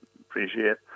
appreciate